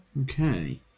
Okay